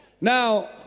Now